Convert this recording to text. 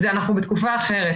אנחנו בתקופה אחרת,